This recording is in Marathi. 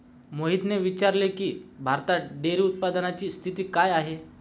मोहितने विचारले की, भारतात डेअरी उत्पादनाची स्थिती काय आहे?